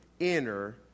enter